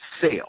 sale